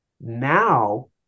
Now